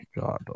God